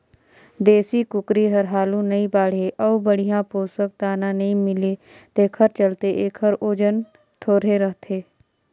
देसी कुकरी हर हालु नइ बाढ़े अउ बड़िहा पोसक दाना नइ मिले तेखर चलते एखर ओजन थोरहें रहथे